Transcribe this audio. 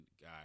guy